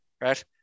right